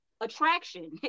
attraction